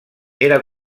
era